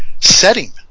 setting